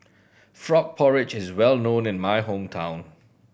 frog porridge is well known in my hometown